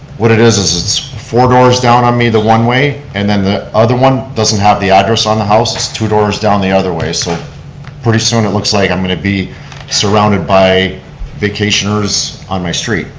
what it is, is it's four doors down on me the one way, and then the other one doesn't have the address on the house, it's two doors down the other way. so pretty soon it looks like i'm going to be surrounded by vacationers on my street,